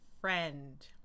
friend